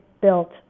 built